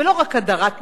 ולא רק הדרת נשים,